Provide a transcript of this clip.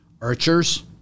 archers